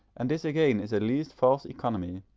and this again is at least false economy,